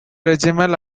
regimental